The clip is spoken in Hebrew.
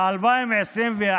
ב-2021